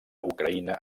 ucraïna